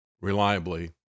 reliably